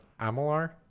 Amalar